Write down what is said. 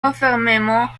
conformément